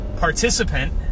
participant